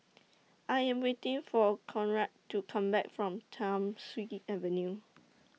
I Am waiting For Conrad to Come Back from Thiam Siew Avenue